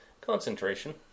Concentration